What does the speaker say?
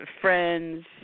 friends